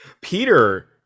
Peter